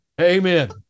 Amen